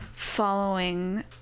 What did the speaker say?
following